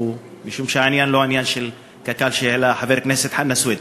משום שהעניין הוא לא מה שכתב בשאלה חבר הכנסת חנא סוייד,